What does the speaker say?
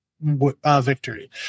victory